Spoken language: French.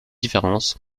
différence